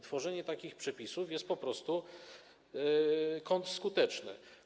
Tworzenie takich przepisów jest po prostu kontrskuteczne.